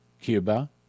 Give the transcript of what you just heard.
Cuba